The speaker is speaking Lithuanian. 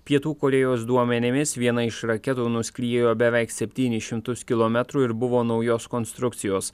pietų korėjos duomenimis viena iš raketų nuskriejo beveik septynis šimtus kilometrų ir buvo naujos konstrukcijos